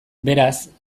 beraz